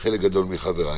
חלק גדול מחבריי